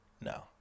no